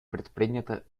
предприняты